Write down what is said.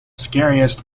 scariest